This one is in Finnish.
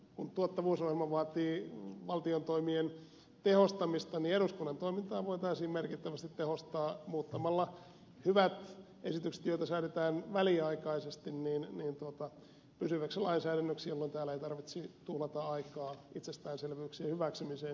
kun tuottavuusohjelma vaatii valtion toimien tehostamista niin eduskunnan toimintaa voitaisiin merkittävästi tehostaa muuttamalla hyvät esitykset joita säädetään väliaikaisesti pysyväksi lainsäädännöksi jolloin täällä ei tarvitsisi tuhlata aikaa itsestäänselvyyksien hyväksymiseen